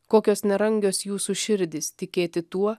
kokios nerangios jūsų širdys tikėti tuo